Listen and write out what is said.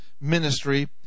ministry